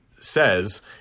says